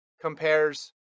compares